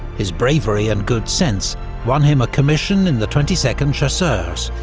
his bravery and good sense won him a commission in the twenty second chasseurs,